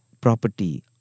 property